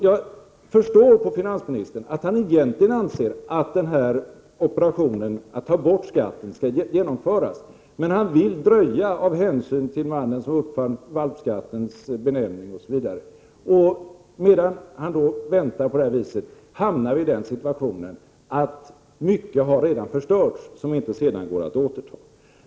Jag förstod på finansministern att han egentligen anser att den här operationen att ta bort skatten skall genomföras, men han vill dröja av hänsyn till mannen som uppfann valpskattens benämning osv. Medan finansministern väntar på detta sätt hamnar vi i den situationen att mycket som redan förstörts sedan inte går att återställa.